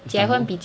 istanbul